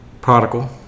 prodigal